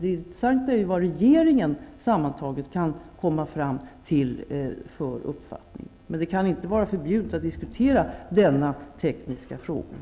Det intressanta är ju vad regeringen sammantaget kan komma fram till för uppfattning, men det kan inte vara förbjudet att diskutera denna tekniska fråga.